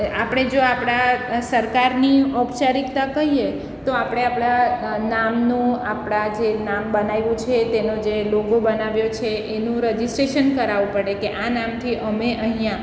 આપણે જો આપણા સરકારની ઔપચારિક્તા કહીએ તો આપણે આપણાં નામનું આપણાં જે નામ બનાવ્યું છે તેનો જે લોગો બનાવ્યો છે એનું રજીસ્ટ્રેશન કરાવવું પડે કે આ નામથી અમે અહીંયા